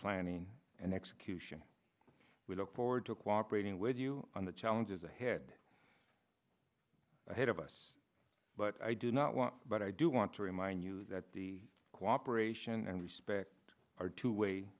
planning and execution we look forward to cooperate in with you on the challenges ahead ahead of us but i do not want but i do want to remind you that the cooperation and respect are two way